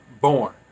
born